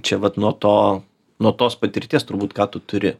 čia vat nuo to nuo tos patirties turbūt ką tu turi